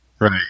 Right